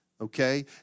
Okay